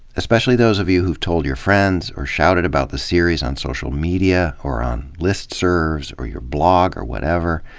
especially those of you who've told your friends, or shouted about the series on social media or on listservs or your blogs or whatever.